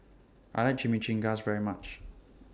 I like Chimichangas very much